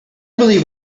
believe